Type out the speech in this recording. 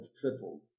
tripled